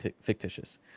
fictitious